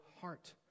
heart